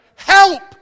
Help